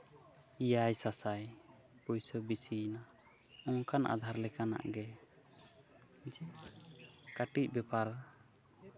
ᱮᱟᱭ ᱥᱟᱥᱟᱭ ᱯᱩᱭᱥᱟᱹ ᱵᱮᱥᱤᱭᱮᱱᱟ ᱚᱱᱠᱟᱱ ᱟᱫᱷᱟᱨ ᱞᱮᱠᱟᱱᱟᱜ ᱜᱮ ᱠᱟᱹᱴᱤᱡ ᱵᱮᱯᱟᱨ